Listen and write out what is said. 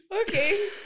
Okay